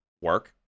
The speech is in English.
work